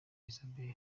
isabel